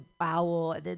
owl